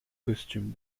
costume